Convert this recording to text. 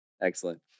Excellent